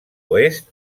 oest